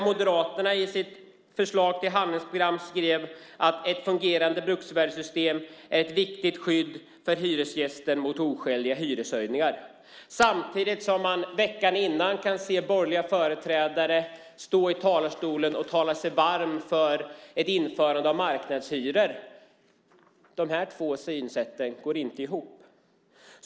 Moderaterna skrev i sitt förslag till handlingsprogram att ett fungerande bruksvärdessystem är ett viktigt skydd för hyresgästen mot oskäliga hyreshöjningar. Samtidigt kunde man veckan innan höra borgerliga företrädare stå i talarstolen och tala sig varma för ett införande av marknadshyror. De här två synsätten går inte ihop.